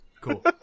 Cool